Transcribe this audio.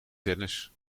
tennis